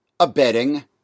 Abetting